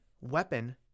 weapon